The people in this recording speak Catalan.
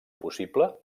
possible